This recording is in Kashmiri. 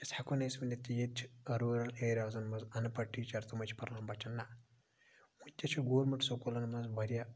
ونکیٚس ہیٚکو نہٕ أسۍ ؤنِتھ کہِ ییٚتہِ چھِ روٗرَل ایریازَن مَنٛز اَنپَڑھ ٹیٖچَر تِمَے چھِ پرناوان بَچَن نَہ ونکیٚس چھ گورمنٹ سوٚکوٗلَن مَنٛز واریاہ